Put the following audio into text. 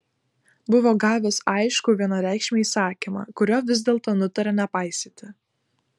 buvo gavęs aiškų vienareikšmį įsakymą kurio vis dėlto nutarė nepaisyti